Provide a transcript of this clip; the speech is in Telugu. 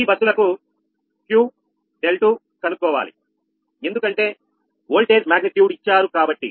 ఈ బస్సులకుQ𝛿2 కనుక్కోవాలి ఎందుకంటే వోల్టేజ్ మాగ్నిట్యూడ్ ఇచ్చారు కాబట్టి